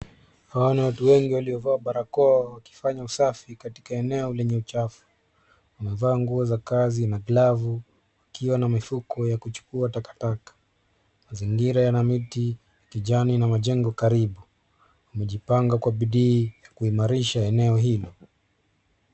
Hawa ni watu wengi waliovaa barakoa wakifanya usafi katika eneo lenye uchafu. Wamevaa nguo za kazi na glavu, wakiwa na mifuko ya kuchukua takataka. Mazingira yana miti, kijani na majengo karibu. Yamejipanga kwa bidii ya kuimarisha eneo hilo.